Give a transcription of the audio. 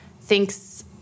thinks